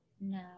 No